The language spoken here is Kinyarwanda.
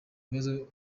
ibibazo